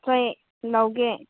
ꯍꯣꯏ ꯂꯧꯒꯦ